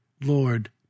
Lord